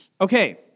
Okay